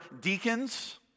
deacons